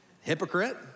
Hypocrite